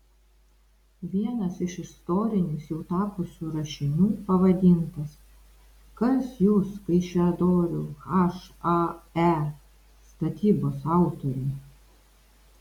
vienas iš istoriniais jau tapusių rašinių pavadintas kas jūs kaišiadorių hae statybos autoriai